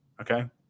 Okay